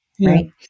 Right